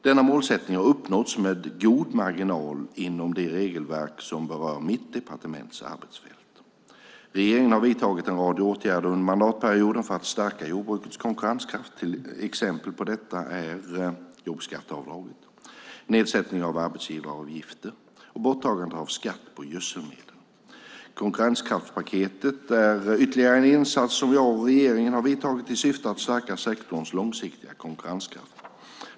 Denna målsättning har uppnåtts med god marginal inom de regelverk som berör mitt departements arbetsfält. Regeringen har vidtagit en rad åtgärder under mandatperioden för att stärka jordbrukets konkurrenskraft. Exempel på detta är jobbskatteavdraget, nedsättningen av arbetsgivaravgifter och borttagande av skatt på gödselmedel. Konkurrenskraftspaketet är ytterligare en insats som jag och regeringen har vidtagit i syfte att stärka sektorns långsiktiga konkurrenskraft.